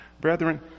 Brethren